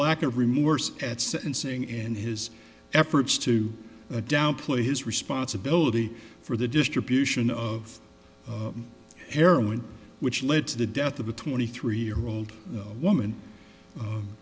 lack of remorse at sentencing and his efforts to downplay his responsibility for the distribution of heroin which led to the death of a twenty three year old woman